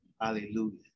hallelujah